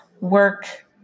work